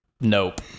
nope